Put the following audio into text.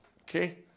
Okay